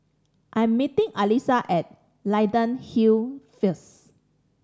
I am meeting Alisa at Leyden Hill first